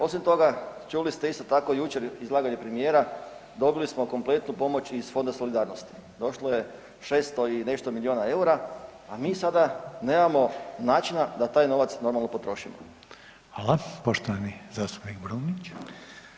Osim toga, čuli ste isto tako jučer izlaganje premijera, dobili smo kompletnu pomoć iz Fonda solidarnosti, došlo je 600 i nešto milijuna eura, a mi sada nemamo načina da taj novac normalno potrošimo.